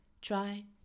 try